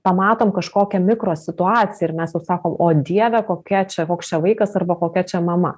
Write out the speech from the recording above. pamatom kažkokią mikro situaciją ir mes jau sakom o dieve kokia čia koks čia vaikas arba kokia čia mama